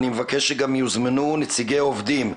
אני מבקש שגם יוזמנו נציגי עובדים,